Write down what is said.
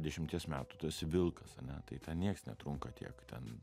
dešimties metų tu esi vilkas ane tai ten nieks netrunka tiek ten